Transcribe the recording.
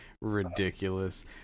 Ridiculous